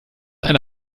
eine